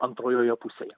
antrojoje pusėje